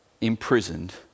imprisoned